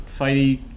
fighty